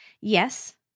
Yes